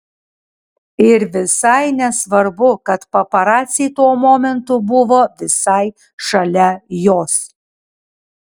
ir visai nesvarbu kad paparaciai tuo momentu buvo visai šalia jos